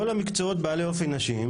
כל המקצועות בעלי אופי נשי,